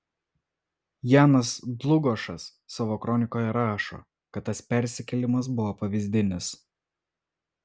janas dlugošas savo kronikoje rašo kad tas persikėlimas buvo pavyzdinis